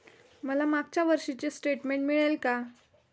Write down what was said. मला मागच्या वर्षीचे स्टेटमेंट मिळेल का?